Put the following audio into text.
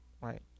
Right